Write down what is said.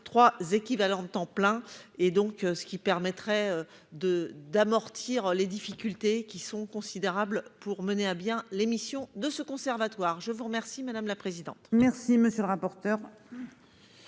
3 équivalents temps plein et donc, ce qui permettrait de d'amortir les difficultés qui sont considérables pour mener à bien l'émission de ce conservatoire. Je vous remercie madame la présidente.